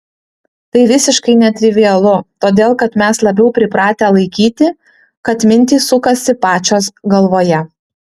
tai visiškai netrivialu todėl kad mes labiau pripratę laikyti kad mintys sukasi pačios galvoje